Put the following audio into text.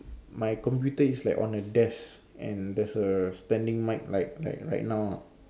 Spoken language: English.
my computer is like on a desk and there's a standing mic like like right now ah